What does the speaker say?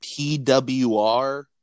pwr